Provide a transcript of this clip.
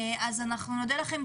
אנחנו נודה לכם,